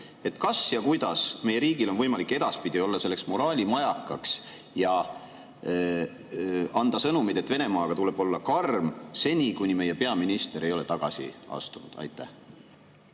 siis] kuidas meie riigil on võimalik edaspidigi olla moraalimajakas ja anda sõnumit, et Venemaaga tuleb olla karm, seni kuni meie peaminister ei ole tagasi astunud. Aitäh,